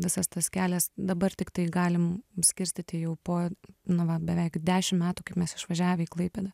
visas tas kelias dabar tiktai galim skirstyti jau po nu va beveik dešim metų kaip mes išvažiavę į klaipėdą